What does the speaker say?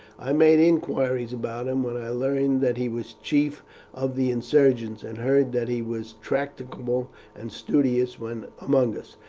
i made inquiries about him, when i learned that he was chief of the insurgents, and heard that he was tractable and studious when among us,